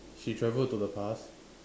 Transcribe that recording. she travelled to the past